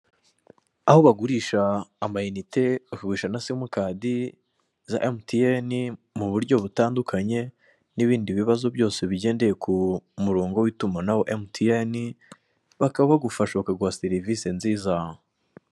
Aho bagurisha amayinite bakagurisha na simukadi za emutiyeni mu buryo butandukanye n'ibindi bibazo byose bigendeye ku murongo w'itumanaho emutiyeni bakaba bagufasha bakaguha serivise nziza.